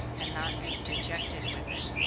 and not be dejected with it.